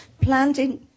planting